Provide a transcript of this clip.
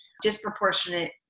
disproportionate